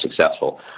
successful